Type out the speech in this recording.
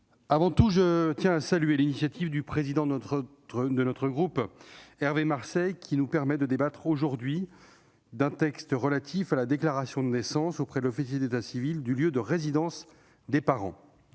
avant tout à saluer l'initiative du président de notre groupe, Hervé Marseille, qui nous permet de débattre aujourd'hui d'un texte relatif à la déclaration de naissance auprès de l'officier d'état civil du lieu de résidence des parents.